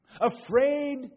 afraid